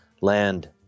Land